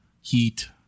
heat